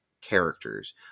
characters